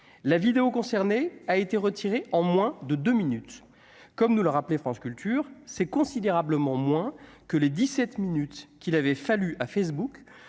la vidéo concerné a été retiré en moins de 2 minutes, comme nous le rappeler, France Culture s'est considérablement moins que les dix-sept minutes qu'il avait fallu à Facebook